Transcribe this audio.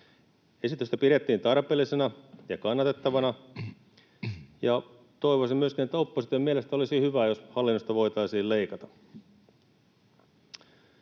Esitystä pidettiin tarpeellisena ja kannatettavana, ja toivoisin myöskin, että opposition mielestä olisi hyvä, jos hallinnosta voitaisiin leikata.